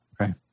Okay